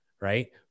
Right